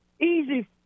Easy